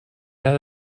had